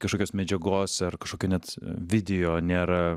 kažkokios medžiagos ar kažkokio net video nėra